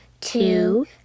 two